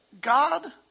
God